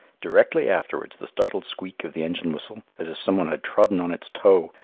directly afterwards the startled squeak of the engine whistle, as if some one had trodden on its toe,